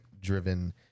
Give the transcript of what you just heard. driven